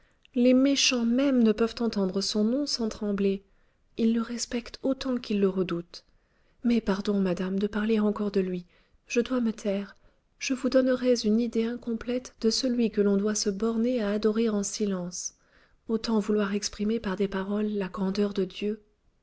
les méchants mêmes ne peuvent entendre son nom sans trembler ils le respectent autant qu'ils le redoutent mais pardon madame de parler encore de lui je dois me taire je vous donnerais une idée incomplète de celui que l'on doit se borner à adorer en silence autant vouloir exprimer par des paroles la grandeur de dieu